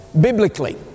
biblically